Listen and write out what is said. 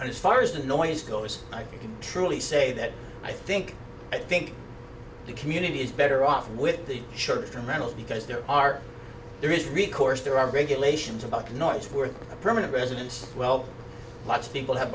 and as far as the noise goes i can truly say that i think i think the community is better off with the short term rental because there are there is recourse there are regulations about noise for a permanent residence well lots of people have